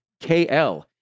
KL